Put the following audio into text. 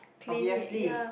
clean it ya